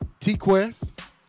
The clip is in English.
TQuest